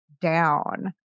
down